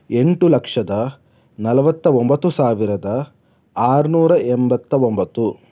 ಎಂಟು ಲಕ್ಷದ ನಲ್ವತ್ತ ಒಂಬತ್ತು ಸಾವಿರದ ಆರುನೂರ ಎಂಬತ್ತ ಒಂಬತ್ತು